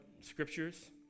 scriptures